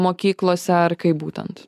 mokyklose ar kaip būtent